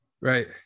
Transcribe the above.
Right